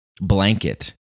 blanket